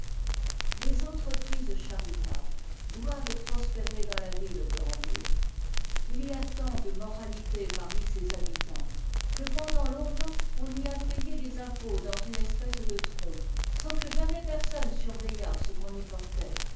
les entreprises charitables doivent prospérer dans la ville de hambourg il y a tant de moralité parmi ses habitants que pendant tongtemps on y a payé les impôts dans une espèce de tronc sans que jamais personne surveillât ce qu'on y portait